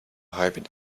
hybrid